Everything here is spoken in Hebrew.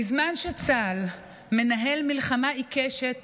בזמן שצה"ל מנהל מלחמה עיקשת